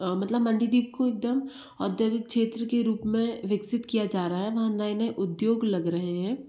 मतलब मंडीदीप को एकदम औद्योगिक क्षेत्र के रूप में विकसित किया जा रहा है वहाँ नए नए उद्योग लग रहे हैं